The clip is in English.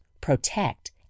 protect